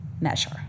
measure